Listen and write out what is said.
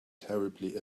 terribly